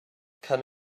come